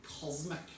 cosmic